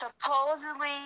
supposedly